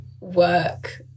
work